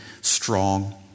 strong